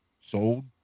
sold